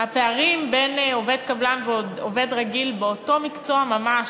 הפערים בין עובד קבלן לעובד רגיל באותו מקצוע ממש,